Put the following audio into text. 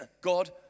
God